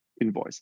invoice